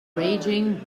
raging